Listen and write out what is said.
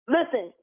Listen